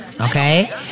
okay